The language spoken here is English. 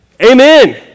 amen